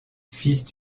fils